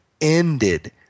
ended